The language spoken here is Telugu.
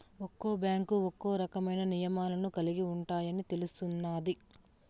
ఒక్క బ్యాంకు ఒక్కో రకమైన నియమాలను కలిగి ఉంటాయని తెలుస్తున్నాది